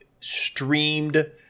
streamed